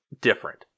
different